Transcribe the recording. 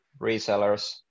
resellers